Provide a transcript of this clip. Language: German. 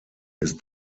ist